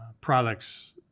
products